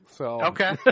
Okay